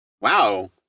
Wow